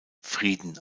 frieden